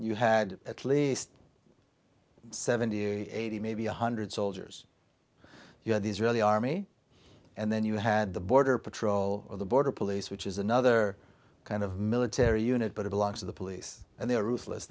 you had at least seventy eighty maybe one hundred soldiers you had the israeli army and then you had the border patrol or the border police which is another kind of military unit but a belongs to the police and they are ruthless